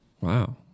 Wow